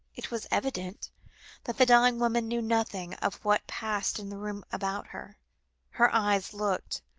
it was evident that the dying woman knew nothing of what passed in the room about her her eyes looked,